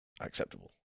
acceptable